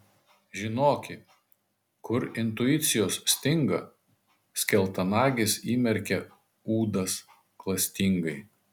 žinoki kur intuicijos stinga skeltanagis įmerkia ūdas klastingai